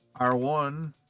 R1